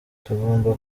tugomba